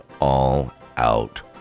all-out